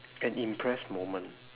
an impressed moment